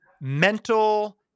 mental